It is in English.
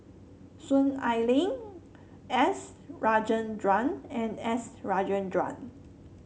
Soon Ai Ling S Rajendran and S Rajendran